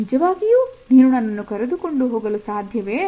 ನಿಜವಾಗಿಯೂ ನೀನು ನನ್ನನ್ನು ಕರೆದುಕೊಂಡು ಹೋಗಲು ಸಾಧ್ಯವೇ